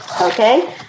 okay